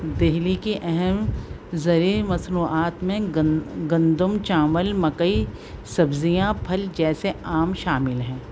دہلی کی اہم زرعی مصنوعات میں گندم چاول مکئی سبزیاں پھل جیسے عام شامل ہیں